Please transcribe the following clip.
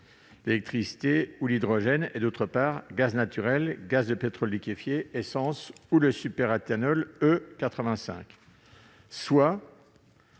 l'électricité ou l'hydrogène avec le gaz naturel, le gaz de pétrole liquéfié, l'essence ou le superéthanol E85, soit